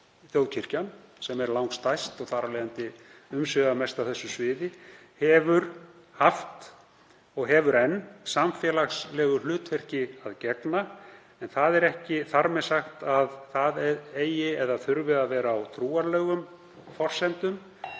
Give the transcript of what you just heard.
þjóðkirkjan, sem er langstærst og þar af leiðandi umsvifamest á þessu sviði, hefur haft og hefur enn samfélagslegu hlutverki að gegna. Ekki er þar með sagt að það hlutverk eigi eða þurfi að vera á trúarlegum forsendum